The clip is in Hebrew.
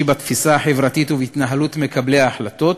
בתפיסה החברתית ובהתנהלות מקבלי ההחלטות,